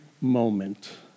moment